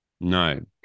no